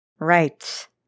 Right